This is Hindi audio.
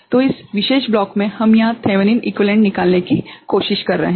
तो इस विशेष ब्लॉक मे हम यहाँ थेवेनिन इक्विवेलेंट निकालने की कोशिश कर रहे हैं